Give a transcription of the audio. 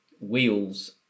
wheels